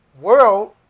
world